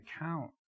account